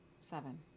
Seven